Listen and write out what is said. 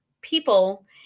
people